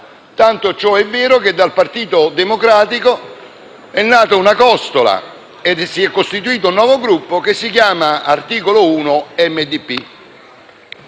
tant'è vero che dal Partito Democratico è nata una costola e si è costituito un nuovo Gruppo che si chiama Articolo 1-MDP-LeU.